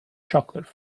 chocolate